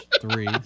three